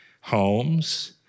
Homes